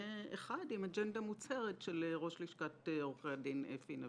אחד עם אג'נדה מוצהרת של ראש לשכת עורכי הדין אפי נווה.